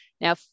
Now